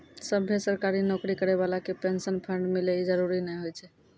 सभ्भे सरकारी नौकरी करै बाला के पेंशन फंड मिले इ जरुरी नै होय छै